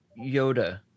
Yoda